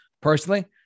personally